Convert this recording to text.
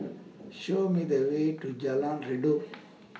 Show Me The Way to Jalan Redop